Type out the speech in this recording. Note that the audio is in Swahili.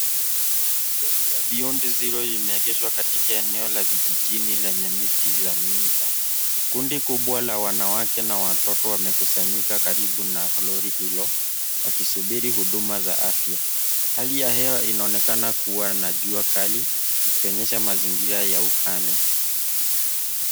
Lori la Beyond Zero limeegeshwa katika eneo la vijijini lenye miti za miba. Kundi kubwa la wanawake na watoto wamekusanyika karibu na lori hilo wakisubiri huduma za afya. Hali ya hewa inaonekana kuwa na jua kali ikionyesha mazingira ya ukame.